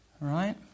right